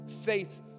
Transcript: faith